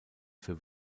für